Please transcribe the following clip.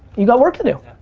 you got work to do.